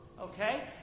Okay